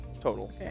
Total